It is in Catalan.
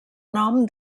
nom